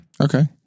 Okay